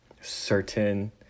certain